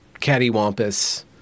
cattywampus